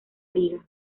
liga